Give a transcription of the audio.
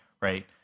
Right